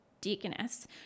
deaconess